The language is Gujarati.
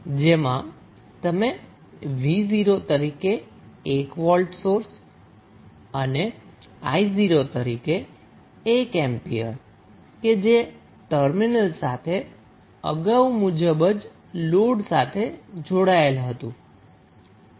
જેમાં તમે 𝑣0 તરીકે 1 વોલ્ટ સોર્સ અને 𝑖0 તરીકે 1 એમ્પિયર કે જે ટર્મિનલ સાથે અગાઉ મુજબ જ લોડ સાથે જોડાયેલ હતું